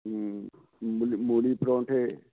ਹਮ ਮੂਲੀ ਮੂਲੀ ਪਰੌਂਠੇ